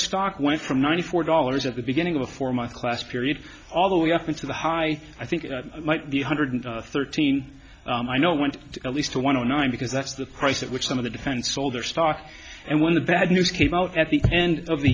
stock went from ninety four dollars at the beginning of for my class period all the way up into the high i think it might be one hundred thirteen i know it went at least a one zero nine because that's the price at which some of the defense sold their stock and when the bad news came out at the end of the